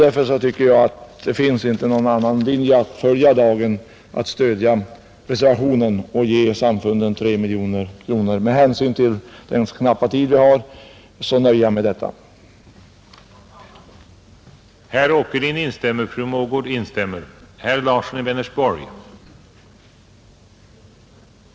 Därför tycker jag att det inte finns någon annan linje att följa för dagen än att stödja reservationen och ge samfunden 3 miljoner kronor. Med hänsyn till den knappa tid vi har nöjer jag med det anförda.